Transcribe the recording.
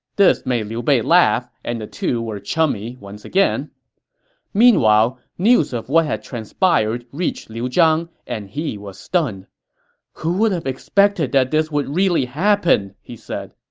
this made liu bei laugh, and the two were chummy once again meanwhile, news of what had transpired reached liu zhang, and he was stunned who would have expected that this would really happen! he said.